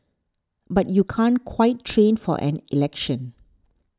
but you can't quite train for an election